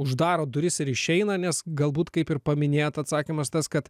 uždaro duris ir išeina nes galbūt kaip ir paminėjot atsakymas tas kad